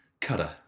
Cutter